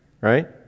right